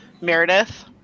Meredith